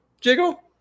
jiggle